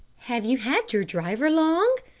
have you had your driver long?